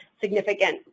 significant